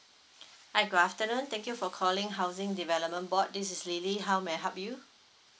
hi good afternoon thank you for calling housing development board this is lily how may I help you